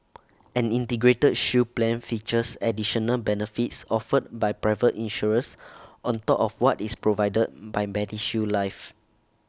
an integrated shield plan features additional benefits offered by private insurers on top of what is provided by medishield life